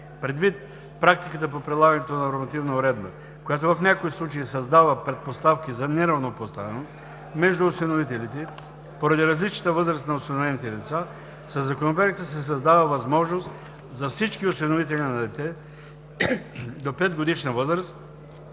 Предвид практиката по прилагането на нормативната уредба, която в някои случаи създава предпоставки за неравнопоставеност между осиновителите поради различната възраст на осиновените деца, със Законопроекта се създава възможност за всички осиновители на дете до 5-годишна възраст